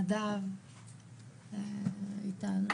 נדב איתנו,